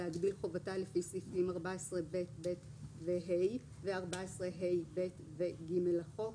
להגביל חובתה לפי סעיפים 14ב(ב) ו-(ה) ו-14ה(ב) ו-(ג) לחוק